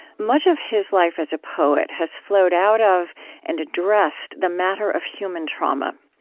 much of his life as a poet has flowed out of and addressed the matter of human trauma.